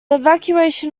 evacuation